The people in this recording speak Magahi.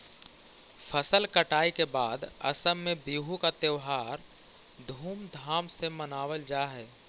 फसल कटाई के बाद असम में बिहू का त्योहार धूमधाम से मनावल जा हई